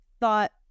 thought